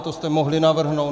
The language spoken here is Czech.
To jste mohli navrhnout.